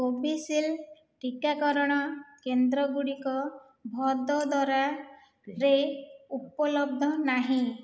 Covishield ଟିକାକରଣ କେନ୍ଦ୍ରଗୁଡ଼ିକ ଭଦୋଦରାରେ ଉପଲବ୍ଧ ନାହିଁ